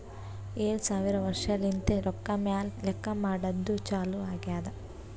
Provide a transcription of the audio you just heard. ಏಳು ಸಾವಿರ ವರ್ಷಲಿಂತೆ ರೊಕ್ಕಾ ಮ್ಯಾಲ ಲೆಕ್ಕಾ ಮಾಡದ್ದು ಚಾಲು ಆಗ್ಯಾದ್